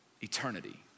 eternity